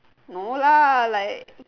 no lah like